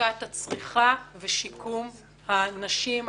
הפסקת הצריכה ושיקום הנשים,